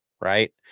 right